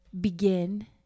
begin